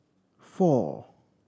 four